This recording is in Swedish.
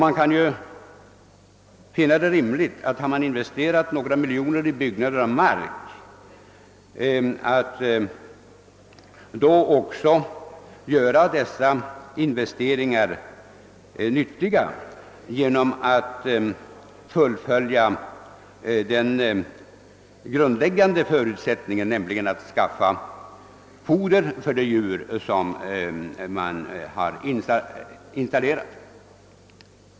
Det är också rimligt att man om man investerat flera miljoner. kronor i byggnader och mark, också skall få nyttiggöra dessa investeringar genom att säkra den grundläggande förutsättningen, nämligen tiliförseln av foder för de djur som man skaffat.